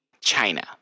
China